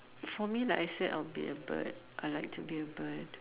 for me like I say I would be a bird I like to be a bird